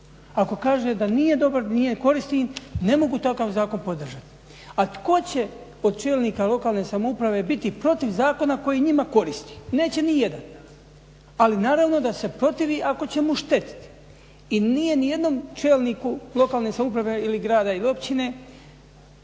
Ako kaže da nije dobar, nije koristan ne mogu takav zakon podržati. A tko će od čelnika lokalne samouprave biti protiv zakona koji njima koristi? Neće ni jedan. Ali naravno da se protivi ako će mu štetiti i nije ni jednom čelniku lokalne samouprave ili grada ili općine